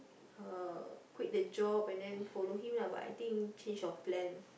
uh quit the job and then follow him lah but I think change of plan